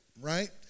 right